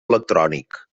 electrònic